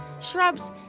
shrubs